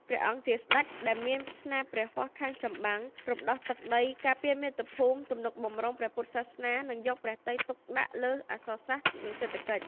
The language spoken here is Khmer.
ព្រះអង្គជាស្ដេចដែលមានស្នាព្រះហស្ថខាងចម្បាំង រំដោះទឹកដី ការពារមាតុភូមិ ទំនុកបម្រុងព្រះពុទ្ធសាសនា និងយកព្រះទ័យទុកដាក់លើអក្សរសាស្ត្រ និងសេដ្ឋកិច្ច